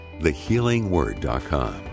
thehealingword.com